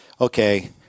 okay